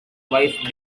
wife